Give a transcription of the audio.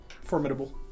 formidable